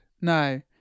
No